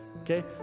Okay